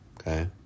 Okay